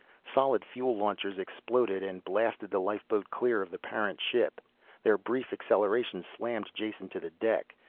solid-fuel launchers exploded and blasted the lifeboat clear of the parent ship their brief acceleration slammed jason to the deck,